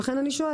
לכן אני שואלת.